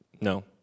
No